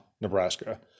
Nebraska